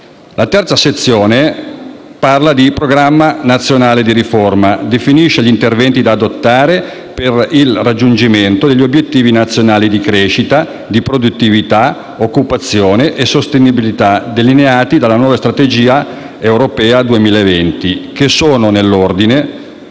La terza sezione reca il Programma nazionale di riforma e definisce gli interventi da adottare per il raggiungimento degli obiettivi nazionali di crescita, di produttività, di occupazione e sostenibilità delineati dalla nuova Strategia europea 2020, che sono, nell'ordine: